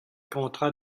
contrats